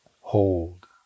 Hold